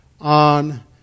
on